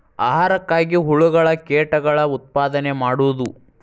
ಆಹಾರಕ್ಕಾಗಿ ಹುಳುಗಳ ಕೇಟಗಳ ಉತ್ಪಾದನೆ ಮಾಡುದು